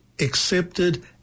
accepted